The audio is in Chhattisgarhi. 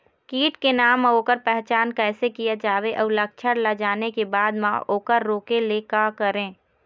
कीट के नाम अउ ओकर पहचान कैसे किया जावे अउ लक्षण ला जाने के बाद मा ओकर रोके ले का करें?